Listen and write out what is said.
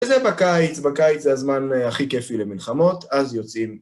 וזה בקיץ, בקיץ זה הזמן הכי כיפי למלחמות, אז יוצאים.